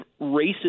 racist